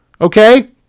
okay